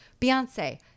Beyonce